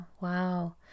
wow